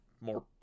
more